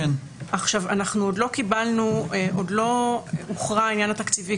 עוד לא הוכרע העניין התקציבי,